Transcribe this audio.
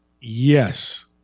Yes